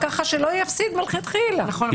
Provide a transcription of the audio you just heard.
נכון,